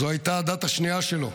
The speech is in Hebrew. זאת הייתה הדת השנייה שלו.